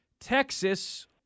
Texas